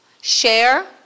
share